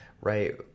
right